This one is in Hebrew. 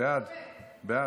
נגד דוד ביטן,